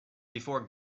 before